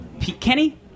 Kenny